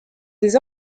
des